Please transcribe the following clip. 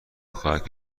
خواهد